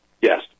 Yes